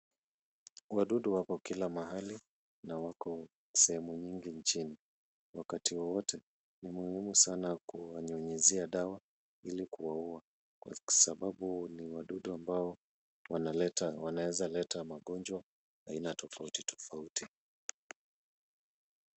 Wadudu wako kila mahali na wako sehemu nyingi nchini. Wakati wowote ni muhimu sana kuwanyunyuzia dawa ili kuwaua. Kwa sababu ni wadudu ambao wanawezaleta magonjwa aina tofauti tofauti.